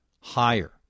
higher